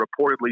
reportedly